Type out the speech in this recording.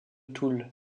toul